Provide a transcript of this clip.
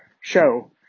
show